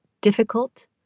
difficult